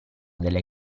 delle